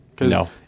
No